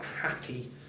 happy